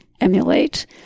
emulate